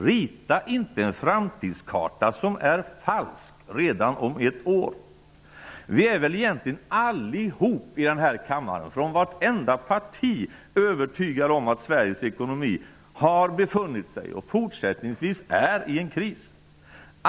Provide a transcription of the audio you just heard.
Rita inte en framtidskarta som redan om ett år är falsk! Vi är väl egentligen alla i denna kammare, från vartenda parti, övertygade om att Sveriges ekonomi har befunnit sig och fortfarande är i kris.